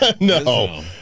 No